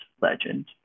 legend